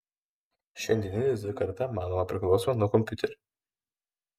šiandieninė z karta manoma priklausoma nuo kompiuterių